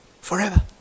forever